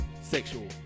Sexual